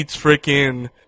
freaking